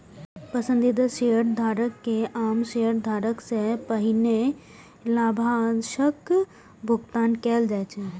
पसंदीदा शेयरधारक कें आम शेयरधारक सं पहिने लाभांशक भुगतान कैल जाइ छै